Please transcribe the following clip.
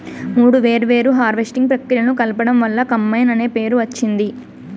మూడు వేర్వేరు హార్వెస్టింగ్ ప్రక్రియలను కలపడం వల్ల కంబైన్ అనే పేరు వచ్చింది